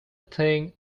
thing